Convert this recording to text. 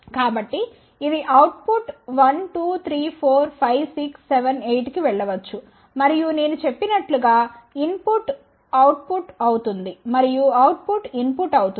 కాబట్టి ఇది output 1 2 3 4 5 6 7 8 కి వెళ్ళవచ్చు మరియు నేను చెప్పినట్లుగా ఇన్పుట్ అవుట్ పుట్ అవుతుంది మరియు అవుట్ పుట్ ఇన్పుట్ అవుతుంది